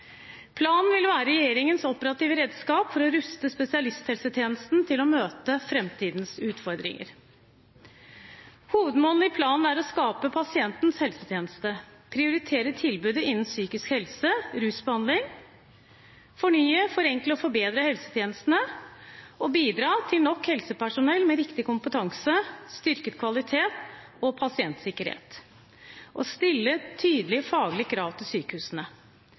Planen vil være regjeringens operative redskap for å ruste spesialisthelsetjenesten til å møte framtidens utfordringer. Hovedmålene i planen er å skape pasientens helsetjeneste, prioritere tilbudet innen psykisk helse og rusbehandling, fornye, forenkle og forbedre helsetjenestene, bidra til nok helsepersonell med riktig kompetanse, styrke kvalitet og pasientsikkerhet og stille tydelige faglige krav til sykehusene,